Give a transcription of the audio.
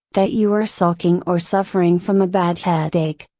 that you are sulking or suffering from a bad headache.